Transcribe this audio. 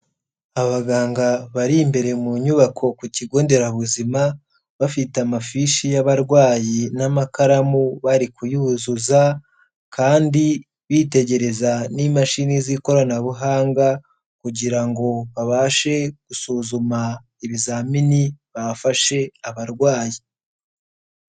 Abaganga bari imbere mu nyubako ku kigo nderabuzima, bafite amafishi y'abarwayi n'amakaramu bari kuyuzuza, kandi bitegereza n'imashini z'ikoranabuhanga, kugira ngo babashe gusuzuma ibizamini bafashe abarwayi.